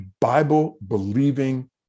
Bible-believing